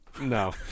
No